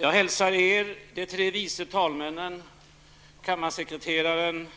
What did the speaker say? Jag hälsar er, de tre vice talmännen, kammarsekreteraren